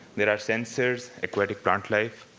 there are sensors, aquatic plant life.